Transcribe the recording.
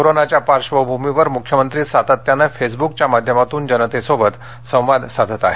कोरोनाच्या पार्श्वभूमीवर मुख्यमंत्री सातत्यानं फेसबूकच्या माध्यमातून जनतेशी संवाद साधित आहेत